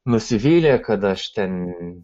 nusivylė kad aš ten